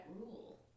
Rule